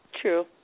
True